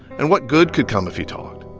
and what good could come if he talked?